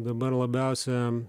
dabar labiausia